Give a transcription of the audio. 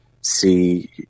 see